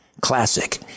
Classic